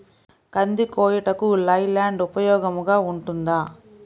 కంది కోయుటకు లై ల్యాండ్ ఉపయోగముగా ఉంటుందా?